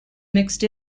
mixed